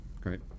Great